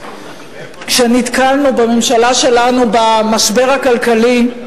כשנתקלנו בממשלה שלנו במשבר הכלכלי,